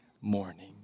morning